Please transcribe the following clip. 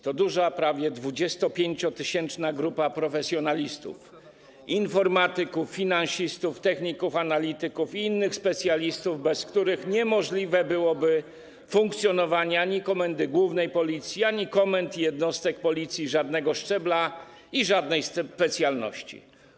To duża, prawie 25-tysięczna grupa profesjonalistów, informatyków, finansistów, techników, analityków i innych specjalistów, bez których niemożliwe byłoby funkcjonowanie ani Komendy Głównej Policji, ani komend i jednostek Policji żadnego szczebla i żadnej specjalności.